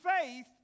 faith